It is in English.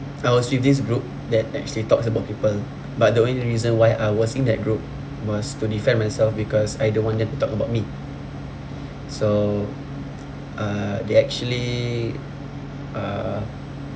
I was with this group that actually talks about people but the only reason why I was in that group was to defend myself because I don't want them to talk about me so uh they actually uh